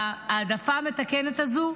בהעדפה המתקנת הזו,